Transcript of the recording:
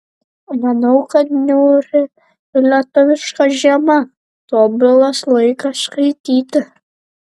manau kad niūri lietuviška žiema tobulas laikas skaityti